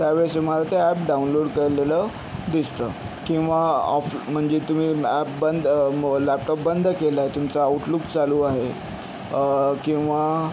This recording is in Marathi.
त्यावेळेस तुम्हाला ते ॲप डाउनलोड केलेलं दिसतं किंवा ऑफ म्हणजे तुम्ही ॲप बंद मं लॅपटॉप बंद केलाय तुमचा आउटलूक चालू आहे किंवा